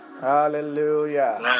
hallelujah